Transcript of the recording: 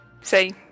See